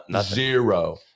Zero